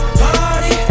party